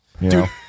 Dude